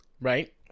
right